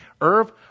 Irv